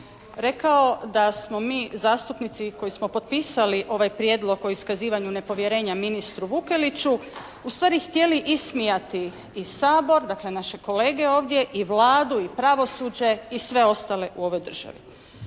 rekao da smo mi zastupnici koji smo potpisali ovaj Prijedlog o iskazivanju nepovjerenja ministru Vukeliću ustvari htjeli ismijati i Sabor dakle naše kolege ovdje i Vladu i pravosuđe i sve ostale u ovoj državi.